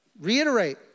reiterate